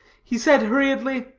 he said hurriedly,